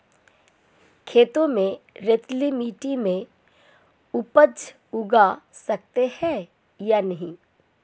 खेत में रेतीली मिटी में उपज उगा सकते हैं या नहीं?